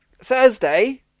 Thursday